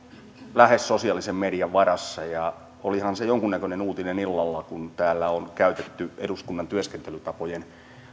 lähes sosiaalisen median varassa olihan se jonkunnäköinen uutinen illalla kun täällä on käytetty eduskunnan työskentelytapojen